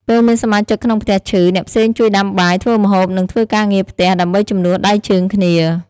ពេលមានសមាជិកក្នុងផ្ទះឈឺ អ្នកផ្សេងជួយដាំបាយ ធ្វើម្ហូប និងធ្វើការងារផ្ទះ ដើម្បីជំនួសដៃជើងគ្នា។